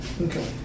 Okay